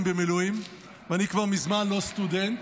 במילואים ואני כבר מזמן לא סטודנט,